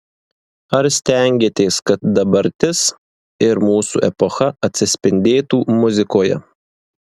ar stengiatės kad dabartis ir mūsų epocha atsispindėtų muzikoje